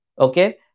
Okay